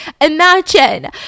imagine